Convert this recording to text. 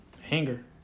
Hanger